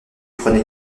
prenez